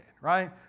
right